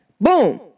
Boom